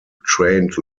trained